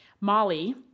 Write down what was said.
Molly